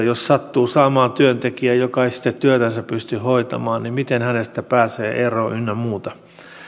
jos sattuu saamaan työntekijän joka ei sitä työtänsä pysty hoitamaan onko esimerkiksi mahdollista ja miten hänestä päästä eroon ynnä muuta